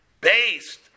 based